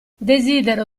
desidero